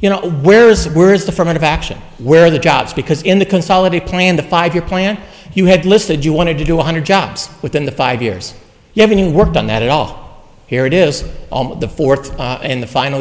you know where is the worst affirmative action where are the jobs because in the consolidate plan the five year plan you had listed you wanted to do one hundred jobs within the five years you haven't worked on that at all here it is the fourth in the final